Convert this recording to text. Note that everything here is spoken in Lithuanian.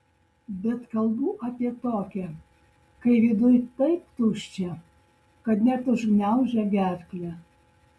bet kalbu apie tokią kai viduj taip tuščia kad net užgniaužia gerklę